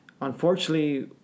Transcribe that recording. unfortunately